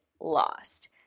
lost